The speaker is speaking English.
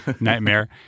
nightmare